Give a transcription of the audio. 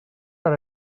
per